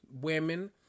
women